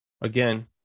again